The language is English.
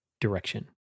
direction